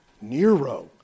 Nero